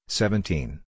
seventeen